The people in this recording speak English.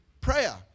prayer